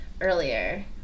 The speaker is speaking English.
earlier